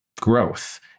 growth